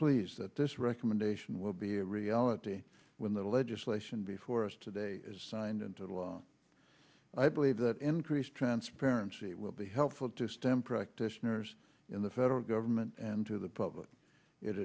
pleased that this recommendation will be a reality when the legislation before us today is signed into law i believe that increased transparency it will be helpful to stem practitioners in the federal government and to the public it